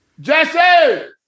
Jesse